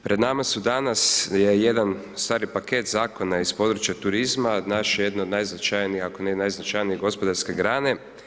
Pred nama su danas, je jedan u stvari paket zakona iz područja turizma od naše jedne od najznačajnije, ako ne i najznačajnije gospodarske grane.